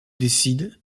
décide